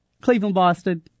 Cleveland-Boston